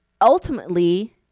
ultimately